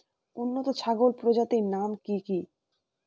উন্নত ছাগল প্রজাতির নাম কি কি?